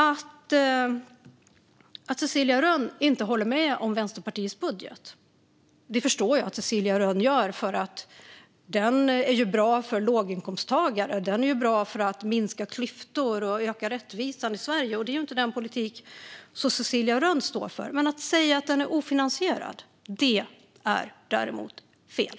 Att Cecilia Rönn inte håller med om Vänsterpartiets budget förstår jag, för den är ju bra för låginkomsttagare. Den är bra för att minska klyftor och öka rättvisan i Sverige, och det är inte den politik som Cecilia Rönn står för. Men att säga att den är ofinansierad - det är däremot fel.